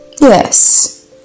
yes